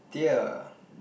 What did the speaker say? dear